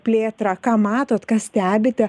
plėtrą ką matot ką stebite